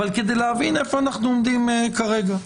אבל איפה אנחנו עומדים כרגע?